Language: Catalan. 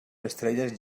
estrelles